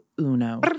uno